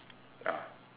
ya